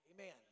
Amen